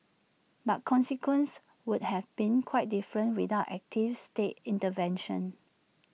but consequences would have been quite different without active state intervention